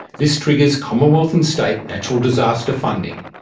this triggers commonwealth and state natural disaster funding.